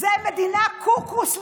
זה מדינה קוקו, סליחה.